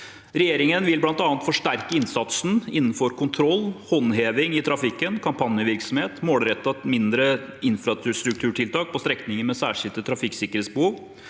Regjeringen vil bl.a. forsterke innsatsen innenfor kontroll, håndheving i trafikken, kampanjevirksomhet og målrettede mindre infrastrukturtiltak på strekninger med særskilte trafikksikkerhetsbehov.